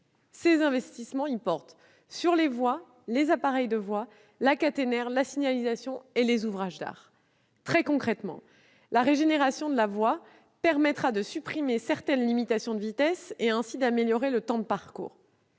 Les investissements portent sur les voies et appareils de voies, la caténaire, la signalisation et les ouvrages d'art. Très concrètement, la régénération de la voie permettra de supprimer certaines limitations de vitesse et, ainsi, d'améliorer le temps de parcours.